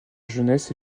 jeunesse